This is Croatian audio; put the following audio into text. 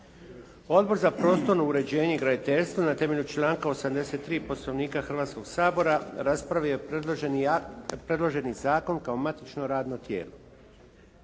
Odbor za prostorno uređenje i graditeljstvo na temelju članka 83. Poslovnika Hrvatskog sabora raspravio je predloženi akt, predloženi zakon kao matično radno tijelo.